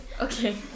Okay